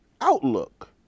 outlook